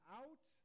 out